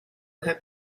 have